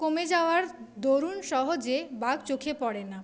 কমে যাওয়ার দরুন সহজে বাঘ চোখে পড়ে না